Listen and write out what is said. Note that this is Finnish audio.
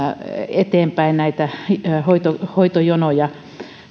eteenpäin hoitojonoja